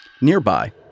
Nearby